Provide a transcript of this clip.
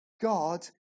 God